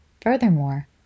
Furthermore